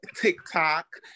tiktok